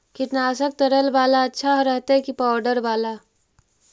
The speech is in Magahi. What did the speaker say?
कीटनाशक तरल बाला अच्छा रहतै कि पाउडर बाला?